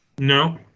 No